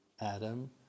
Adam